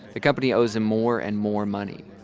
the company owes him more and more money,